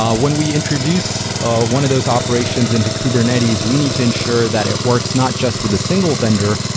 um when we introduce ah one of those operations into kubernetes, we need to ensure that it works not just with a single vendor,